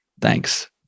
Thanks